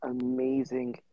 amazing